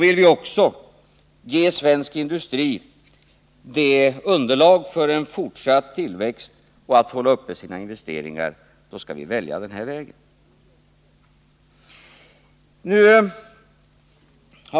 Vill man också ge svensk industri underlag för en fortsatt tillväxt och för att hålla sina investeringar uppe, så skall man välja den här metoden.